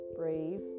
brave